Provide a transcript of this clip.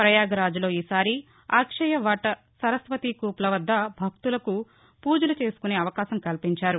ప్రయగ్ రాజ్ లో ఈసారి అక్షయ్ వట్ సరస్వతి కూప్ల వద్ద భక్తులకు పూజలు చేసుకునే అవకాశం కల్పించారు